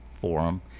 forum